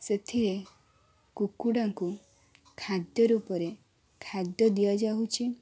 ସେଥିରେ କୁକୁଡ଼ାଙ୍କୁ ଖାଦ୍ୟରୂପରେ ଖାଦ୍ୟ ଦିଆଯାଉଛି